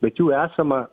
bet jų esama